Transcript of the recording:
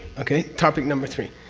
okay? topic number three.